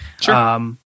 Sure